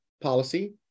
policy